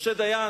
משה דיין,